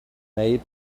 made